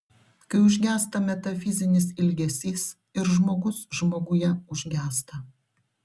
kai užgęsta metafizinis ilgesys ir žmogus žmoguje užgęsta